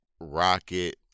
Rocket